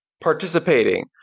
participating